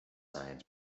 science